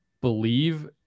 believe